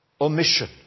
omission